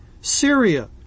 Syria